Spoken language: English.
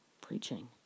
preaching